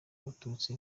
abatutsi